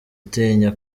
atinya